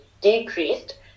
decreased